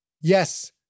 Yes